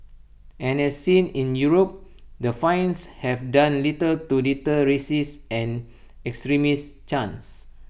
and as seen in Europe the fines have done little to deter racist and extremist chants